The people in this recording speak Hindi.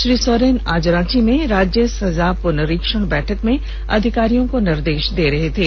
श्री सोरेन आज रांची में राज्य सजा पुनरीक्षण बैठक में अधिकारियों को निर्देश दे रहे थे